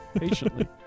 Patiently